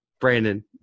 brandon